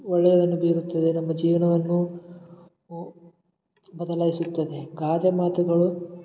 ಒಳ್ಳೆಯದನ್ನು ಬೀರುತ್ತದೆ ನಮ್ಮ ಜೀವನವನ್ನು ಓ ಬದಲಾಯಿಸುತ್ತದೆ ಗಾದೆ ಮಾತುಗಳು